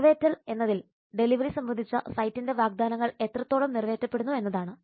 നിറവേറ്റൽ എന്നതിൽ ഡെലിവറി സംബന്ധിച്ച സൈറ്റിന്റെ വാഗ്ദാനങ്ങൾ എത്രത്തോളം നിറവേറ്റപ്പെടുന്നു എന്നതാണ്